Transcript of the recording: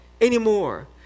anymore